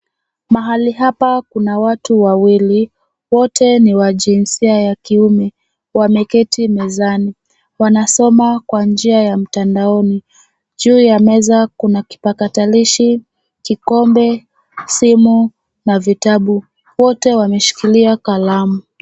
Mahali hapa kuna watu wawili, wote ni wa jinsia ya kiume, wameketi mezani. Wanasoma kwa njia ya mtandaoni. Juu ya meza kuna kipakatalishi, kikombe, simu na vitabu. Wote wameshikilia kalamu.